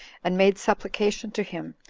and made supplication to him,